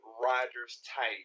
Rodgers-type